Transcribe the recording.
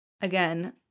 Again